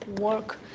work